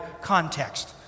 context